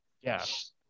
Yes